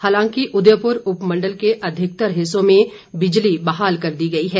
हालांकि उदयपुर उपमण्डल के अधिकतर हिस्सों में बिजली बहाल कर दी गई है